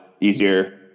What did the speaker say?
easier